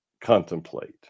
contemplate